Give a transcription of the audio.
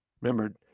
Remember